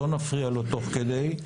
לא נפריע לו תוך כדי,